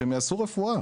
שהם יעשו רפואה.